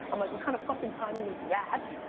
i'm like what kind of fucking timing is that,